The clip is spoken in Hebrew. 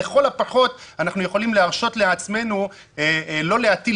לכל הפחות אנחנו יכולים להרשות לעצמנו לא להטיל